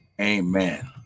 Amen